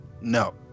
no